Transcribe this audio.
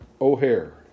O'Hare